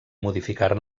modificar